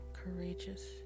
courageous